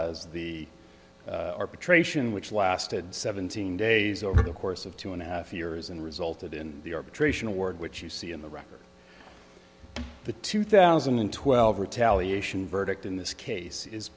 as the arbitration which lasted seventeen days over the course of two and a half years and resulted in the arbitration award which you see in the record the two thousand and twelve retaliation verdict in this case is